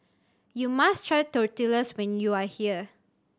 you must try Tortillas when you are here